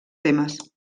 temes